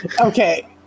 Okay